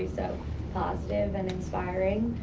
yeah positive and inspiring,